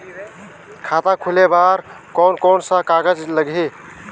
खाता खुले बार कोन कोन सा कागज़ लगही?